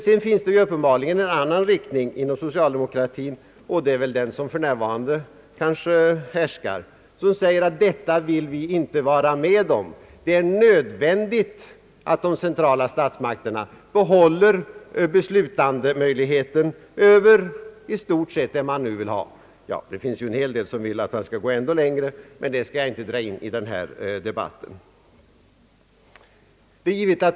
Sedan finns också uppenbarligen en annan riktning inom socialdemokratin — och det är väl den som för närvarande härskar — nämligen den som säger att detta vill vi inte vara med om och att det är nödvändigt att de centrala statsmakterna behåller beslutanderätten över i stort sett det de nu beslutar om. Det finns en hel del socialdemokrater som vill att man skall gå ännu längre, men det skall jag inte dra in i denna debatt.